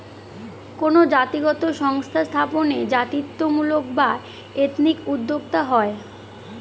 কোনো জাতিগত সংস্থা স্থাপনে জাতিত্বমূলক বা এথনিক উদ্যোক্তা হয়